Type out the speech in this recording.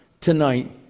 tonight